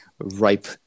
ripe